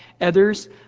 Others